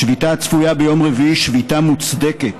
השביתה הצפויה ביום רביעי היא שביתה מוצדקת.